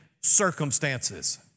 circumstances